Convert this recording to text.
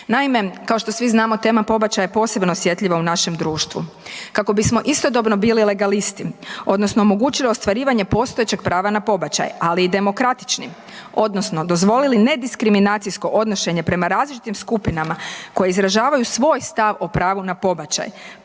Naime, kao što svi znamo tema pobačaja je posebno osjetljiva u našem društvu. Kako bismo istodobno bili legalisti odnosno omogućili ostvarivanje postojećeg prava na pobačaje, ali i demokratični odnosno dozvolili ne diskriminacijsko odnošenje prema različitim skupinama koje izražavaju svoj stav o pravu na pobačaj,